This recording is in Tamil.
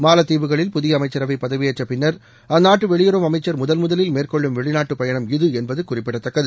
மாலத்தீவுகளில் புதிய அமைச்சரவை பதவியேற்றப் பின்னர் அந்நாட்டு வெளியுறவு அமைச்சர் முதன் முதலில் மேற்கொள்ளும் வெளிநாட்டு பயணம் இது என்பது குறிப்பிடத்தக்கது